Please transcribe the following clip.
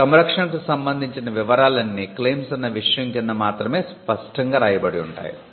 ఈ సంరక్షణకు సంబందించిన వివరాలన్నీ క్లెయిమ్స్ అన్న విషయం కింద మాత్రమే స్పష్టంగా రాయబడి ఉంటాయి